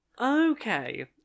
Okay